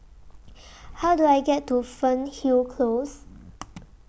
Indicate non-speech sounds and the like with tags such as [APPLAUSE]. [NOISE] How Do I get to Fernhill Close [NOISE]